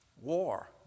War